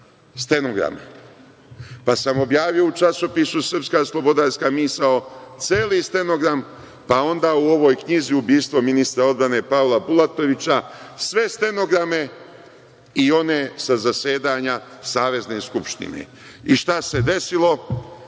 stenograme. Pa sam objavio u časopisu „Srpska slobodarska misao“ celi stenogram, pa onda u ovoj knjizi ubistvo ministra odbrane Pavla Bulatovića sve stenograme i one sa zasedanja Savezne skupštine i šta se desilo?